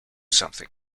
something